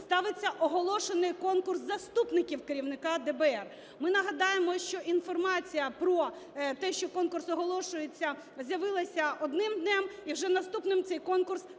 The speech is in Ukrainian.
ставиться оголошений конкурс заступників керівника ДБР. Ми нагадаємо, що інформація про те, що конкурс оголошується, з'явилася одним днем, і вже наступним цей конкурс